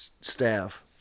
staff